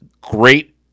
great